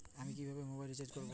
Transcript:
আমি কিভাবে mobile recharge করব?